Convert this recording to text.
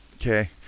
okay